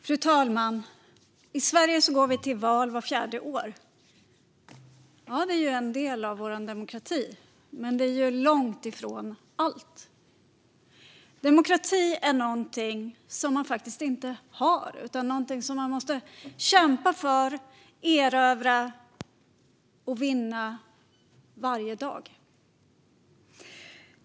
Fru talman! I Sverige går vi till val vart fjärde år. Det är en del av vår demokrati, men det är långt ifrån allt. Demokrati är någonting som man inte har utan någonting som man måste kämpa för, erövra och vinna varje dag.